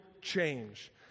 change